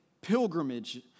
pilgrimage